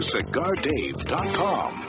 CigarDave.com